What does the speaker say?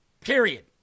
period